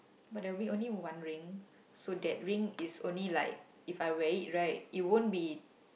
but there'll be only one ring so that ring is only like If I wear it right it won't be